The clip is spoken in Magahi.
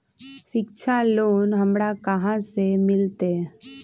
शिक्षा लोन हमरा कहाँ से मिलतै?